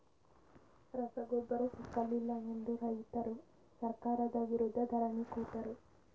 ರಸಗೊಬ್ಬರ ಸಿಕ್ಕಲಿಲ್ಲ ಎಂದು ರೈತ್ರು ಸರ್ಕಾರದ ವಿರುದ್ಧ ಧರಣಿ ಕೂತರು